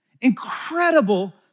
incredible